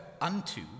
unto